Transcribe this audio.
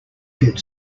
get